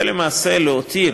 ולמעשה להותיר